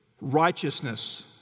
righteousness